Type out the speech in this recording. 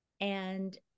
and-